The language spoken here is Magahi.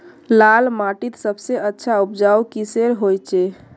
लाल माटित सबसे अच्छा उपजाऊ किसेर होचए?